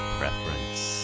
preference